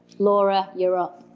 laura, you're up.